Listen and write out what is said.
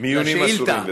מיונים אסורים.